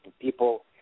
people